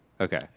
Okay